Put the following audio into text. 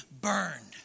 burned